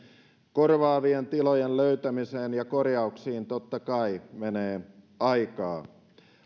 korvaavien tilojen löytämiseen ja korjauksiin totta kai menee aikaa